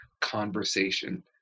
conversation